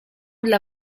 dla